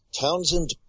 Townsend